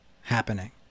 happening